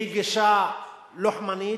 היא גישה לוחמנית,